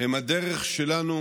הם הדרך שלנו